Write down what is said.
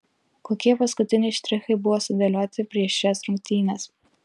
kokie paskutiniai štrichai buvo sudėlioti prieš šias rungtynes